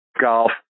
golf